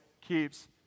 keeps